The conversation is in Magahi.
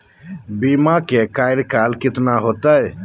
बीमा के कार्यकाल कितना होते?